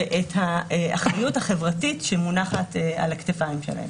ואת האחריות החברתית שמונחת על הכתפיים שלהם.